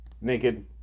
naked